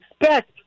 expect